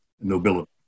nobility